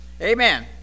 Amen